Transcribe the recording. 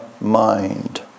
mind